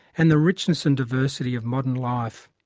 and the richness and diversity of modern life.